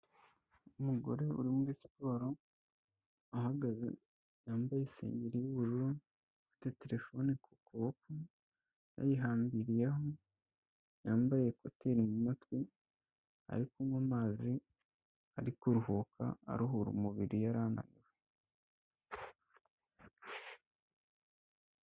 Umugore uri muri siporo ahagaze yambaye isengeri y'ubururu afite terefone ku kuboko yayihambiriyeho, yambaye ekuteri mu matwi, ari kunywa amazi, ari kuruhuka aruhura umubiri, yarananiwe.